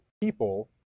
people